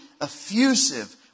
effusive